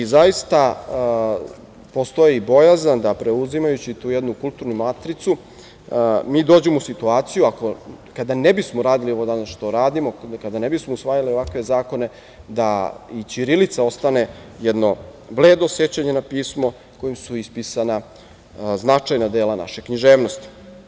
Zaista, postoji bojazan da preuzimajući tu jednu kulturnu matricu mi dođemo u situaciju, kada ne bismo radili ovo što danas radimo, kada ne bismo usvajali ovakve zakone, da i ćirilica ostane jedno bledo sećanje na pismo kojim su ispisana značajna dela naše književnosti.